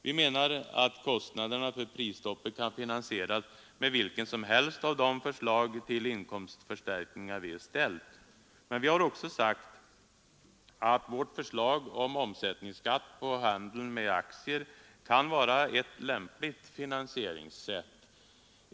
Vi menar att kostnaderna för prisstoppet kan finansieras med vilket som helst av de förslag till inkomstförstärkningar som vi ställt. Vi har också sagt att vårt förslag om omsättningsskatt på handeln med aktier kan vara ett lämpligt finansieringssätt.